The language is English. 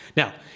now,